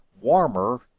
warmer